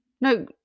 No